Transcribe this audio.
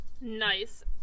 nice